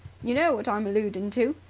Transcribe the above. you know what i'm alloodin' to!